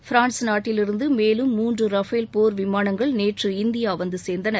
France நாட்டிலிருந்து மேலும் மூன்று ரஃபேல் போர் விமானங்கள் நேற்று இந்தியாவுக்கு வந்து சேர்ந்தன